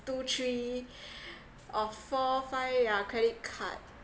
two three or four five yeah credit card